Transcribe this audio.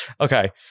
Okay